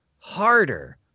harder